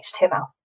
html